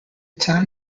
town